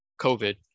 covid